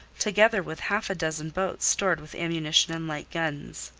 together with half-a-dozen boats stored with ammunition and light guns.